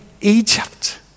Egypt